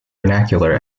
vernacular